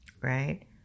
right